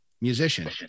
musician